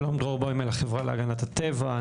שלום, שמי דרור בוימל, החברה להגנת הטבע.